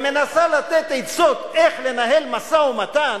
ומנסה לתת עצות איך לנהל משא-ומתן,